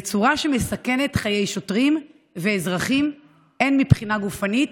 בצורה שמסכנת חיי שוטרים ואזרחים הן מבחינה גופנית